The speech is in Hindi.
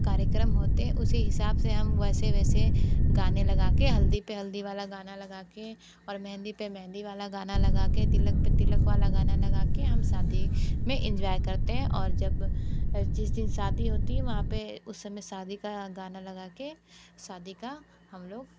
कार्यक्रम होते हैं उसी हिसाब से हम वैसे वैसे गाने लगा कर हल्दी पर हल्दी वाला गाना लगा कर और मेहंदी पर मेहंदी वाला गाना लगा कर तिलक पर तिलक वाला गाना लगा कर हम शादी में एंजॉय करते हैं और जब जिस दिन शादी होती है वहाँ पर उस समय शादी का गाना लगा कर शादी का हम लोग